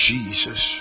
Jesus